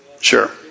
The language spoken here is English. Sure